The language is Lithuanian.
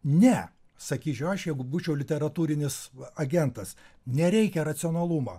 ne sakyčiau aš jeigu būčiau literatūrinis agentas nereikia racionalumo